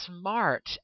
smart